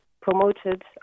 promoted